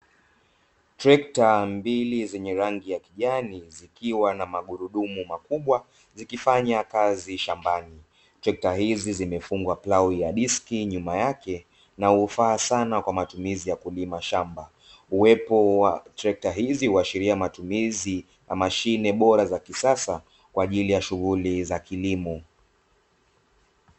Trekta mbili zenye rangi ya kijani, zikiwa na magurudumu makubwa, zikifanya kazi shambani. Trekta hizi zimefungwa plau ya diski nyuma yake na hufaa sana kwa matumizi ya kulima shamba. Uwepo wa trekta hizi huashiria matumizi ya mashine bora za kisasa kwa ajili ya shughuli za kilimo.